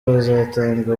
bizatanga